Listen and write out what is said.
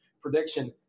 prediction